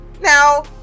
now